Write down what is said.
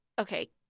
okay